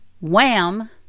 Wham